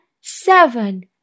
seven